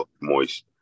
moist